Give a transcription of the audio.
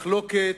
מחלוקת,